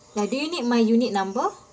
ya do you need my unit number